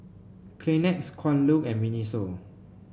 Kleenex Kwan Loong and Miniso